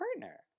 partner